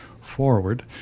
forward